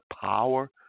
power